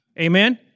Amen